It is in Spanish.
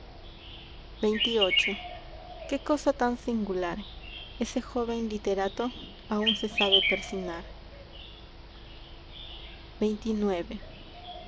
xxviii ué cosa tan singular ese joven literato aún se sabe persignar